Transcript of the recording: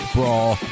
Brawl